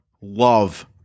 Love